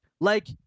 Like-